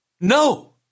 No